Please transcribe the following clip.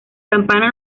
campana